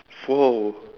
!whoa!